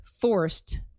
forced